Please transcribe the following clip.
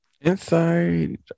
Inside